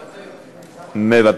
מוותר.